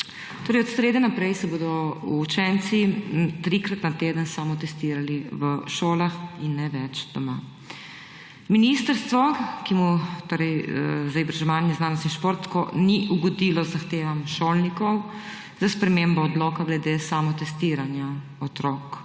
Od srede naprej se bodo učenci trikrat na teden samotestirali v šolah in ne več doma. Ministrstvo za izobraževanje, znanost in šport tako ni ugodilo zahtevam šolnikov za spremembo odloka glede samotestiranja otrok